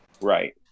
Right